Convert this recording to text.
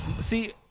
see